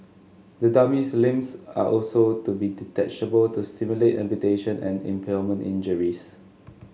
the dummy's limbs are also to be detachable to simulate amputation and impalement injuries